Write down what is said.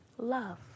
love